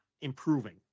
improving